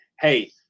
hey